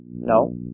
No